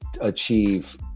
achieve